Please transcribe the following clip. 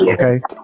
okay